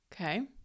okay